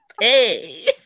Hey